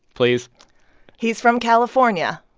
please he's from california,